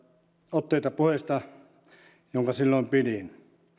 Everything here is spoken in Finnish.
otteita puheesta jonka silloin pidin